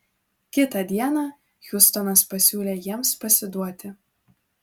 kitą dieną hiustonas pasiūlė jiems pasiduoti